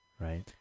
Right